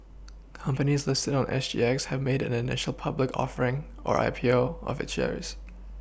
companies listed on S G X have made an an initial public offering or I P O of its shares